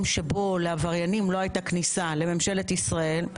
שבו לעבריינים לא הייתה כניסה לממשלת ישראל,